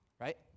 right